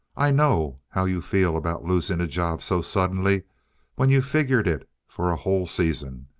i know how you feel about losing a job so suddenly when you figured it for a whole season.